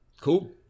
Cool